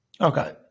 Okay